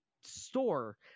store